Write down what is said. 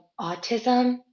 autism